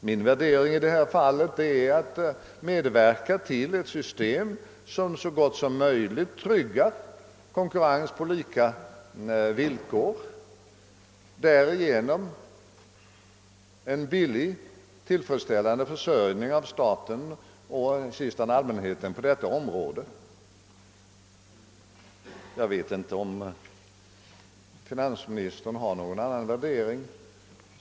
Min värdering i detta fall är att medverka till ett system som så bra som möjligt tryggar konkurrens på lika villkor och därmed en billig, tillfredsställande försörjning av staten och i sista hand allmänheten på detta område. Jag vet inte om finansministern har någon annan värdering.